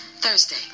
Thursday